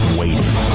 waiting